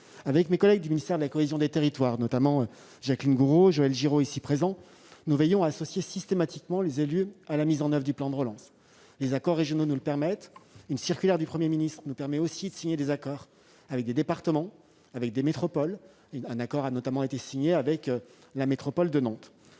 Avec mes collègues du ministère de la cohésion des territoires, Jacqueline Gourault et Joël Giraud, nous veillons à associer systématiquement les élus à la mise en oeuvre du plan de relance. Les accords régionaux nous le permettent. Une circulaire du Premier ministre nous permet aussi de signer des accords avec des départements et des métropoles ; un accord a notamment été signé avec la métropole de Nantes.